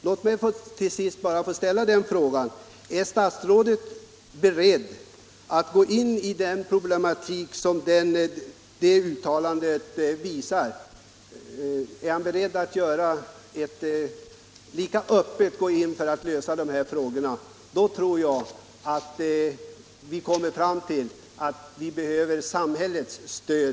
Låt mig till sist bara säga att om statsrådet är beredd att angripa den 171 här problematiken med en öppen vilja att lösa frågorna tror jag han finner alt vi behöver samhällets stöd.